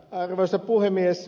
arvoisa puhemies